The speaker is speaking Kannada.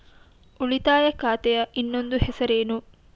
ಉಳಿತಾಯ ಖಾತೆಯ ಇನ್ನೊಂದು ಹೆಸರೇನು?